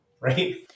Right